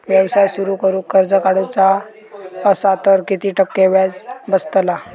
व्यवसाय सुरु करूक कर्ज काढूचा असा तर किती टक्के व्याज बसतला?